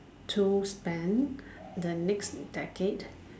to spend the next decade